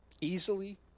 Easily